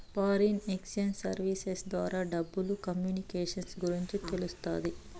foreign exchange services ద్వారా డబ్బులు communications గురించి తెలుస్తాది